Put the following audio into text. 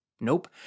Nope